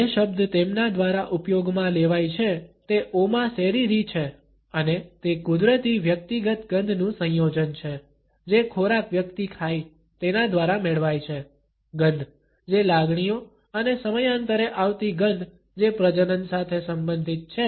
જે શબ્દ તેમના દ્વારા ઉપયોગમાં લેવાય છે તે ઓમા સેરીરી છે અને તે કુદરતી વ્યક્તિગત ગંધનું સંયોજન છે જે ખોરાક વ્યક્તિ ખાય તેના દ્વારા મેળવાય છે ગંધ જે લાગણીઓ અને સમયાંતરે આવતી ગંધ જે પ્રજનન સાથે સંબંધિત છે